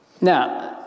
Now